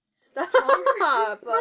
Stop